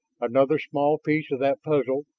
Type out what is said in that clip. another small piece of that puzzle,